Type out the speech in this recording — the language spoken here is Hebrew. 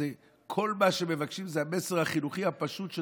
שכל מה שמבקשים הוא המסר החינוכי הפשוט של